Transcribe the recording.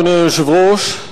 אדוני היושב-ראש,